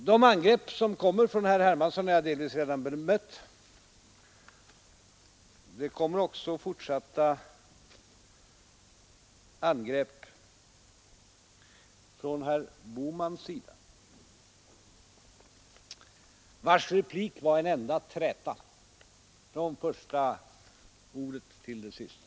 Herr Hermanssons angrepp har jag här delvis redan bemött, men det har också kommit angrepp från herr Bohman, vars senaste replik var en enda träta från det första ordet till det sista.